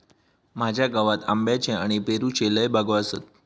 माझ्या गावात आंब्याच्ये आणि पेरूच्ये लय बागो आसत